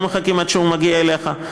לא מחכים עד שהוא מגיע אליך.